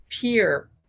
peer